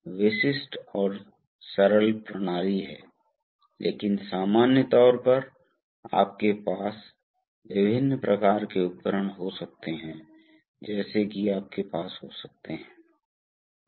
यदि आपके पास एक डबल रॉड सिलेंडर है जहां आपके पास इस तरफ भी एक रॉड है तो यह हो सकता है कि A2 A1 या A2 भी A1 से कम हो सकता है इसलिए यह एक बहुत ही सरल डिवाइस है